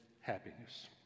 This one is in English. happiness